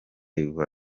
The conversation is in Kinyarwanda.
live